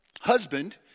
husband